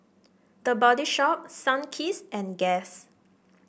The Body Shop Sunkist and Guess